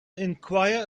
enquire